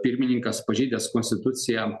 pirmininkas pažeidęs konstituciją